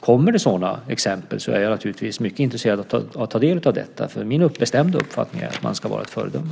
Kommer det sådana exempel är jag naturligtvis mycket intresserad av att ta del av dem, för min bestämda uppfattning är att man ska vara ett föredöme.